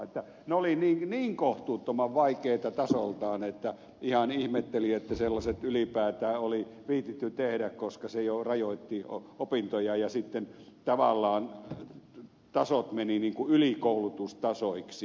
ne olivat niin kohtuuttoman vaikeita tasoltaan että ihan ihmetteli että sellaiset ylipäätään oli viitsitty tehdä koska se jo rajoitti opintoja ja sitten tavallaan tasot menivät ylikoulutustasoiksi